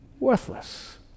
worthless